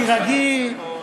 תירגעי,